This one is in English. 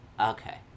Okay